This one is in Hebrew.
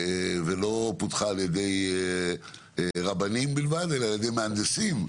היא לא פותחה על ידי רבנים בלבד אלא על ידי מהנדסים.